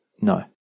No